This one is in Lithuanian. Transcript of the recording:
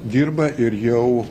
dirba ir jau